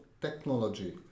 technology